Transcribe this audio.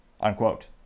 unquote